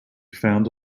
found